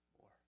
more